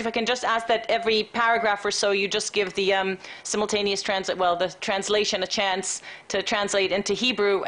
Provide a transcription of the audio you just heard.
שמדי פסקה תיתן למתורגמן הזדמנות לתרגם לעברית.